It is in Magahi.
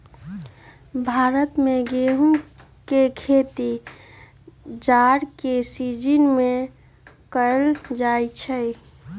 भारत में गेहूम के खेती जाड़ के सिजिन में कएल जाइ छइ